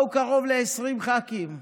באו קרוב ל-20 ח"כים,